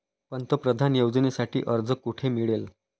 पंतप्रधान योजनेसाठी अर्ज कुठे मिळेल?